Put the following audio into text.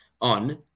on